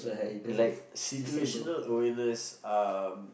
like situational awareness um